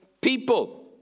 People